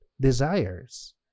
desires